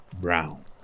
brown